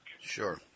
Sure